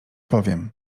powiem